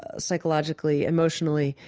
ah psychologically, emotionally,